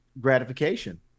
gratification